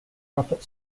profit